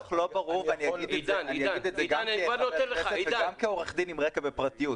ואני אגיד את זה גם כחבר כנסת וגם כעורך דין עם רקע בפרטיות.